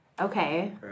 Okay